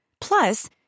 Plus